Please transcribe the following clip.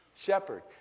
shepherd